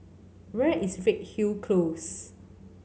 where is Redhill Close